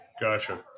Gotcha